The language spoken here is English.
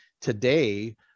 today